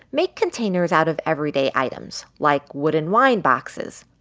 make containers out of everyday items like wooden wine boxes,